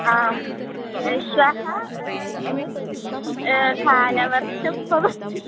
आं श्वः कालवर्षं भवति